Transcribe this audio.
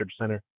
Center